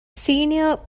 ސީނިއަރ